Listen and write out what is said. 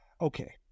Okay